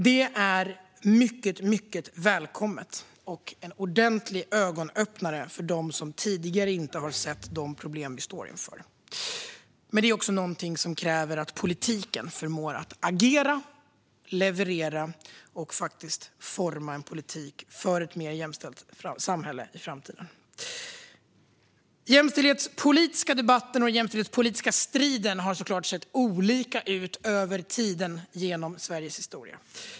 Detta är mycket välkommet och en ordentlig ögonöppnare för dem som tidigare inte har sett de problem vi står inför. Men det är också något som kräver att politikerna förmår att agera, leverera och faktiskt forma en politik för ett mer jämställt samhälle i framtiden. Den jämställdhetspolitiska debatten och striden har såklart sett olika ut genom Sveriges historia.